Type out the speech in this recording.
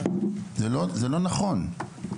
זה לא נכון.